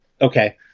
Okay